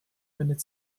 minute